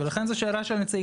אין מצב.